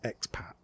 expat